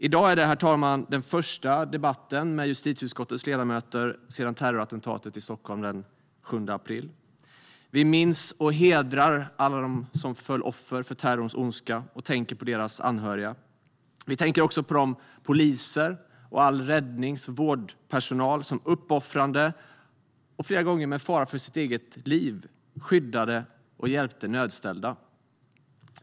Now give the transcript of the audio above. I dag, herr talman, är det den första debatten med justitieutskottets ledamöter sedan terrorattentatet i Stockholm den 7 april. Vi minns och hedrar alla dem som föll offer för terrorns ondska och tänker på deras anhöriga. Vi tänker också på de poliser och all räddnings och vårdpersonal som uppoffrande, och flera gånger med fara för sitt eget liv, skyddade och hjälpte nödställda.